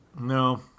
No